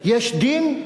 יש דין?